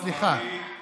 סליחה.